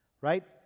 right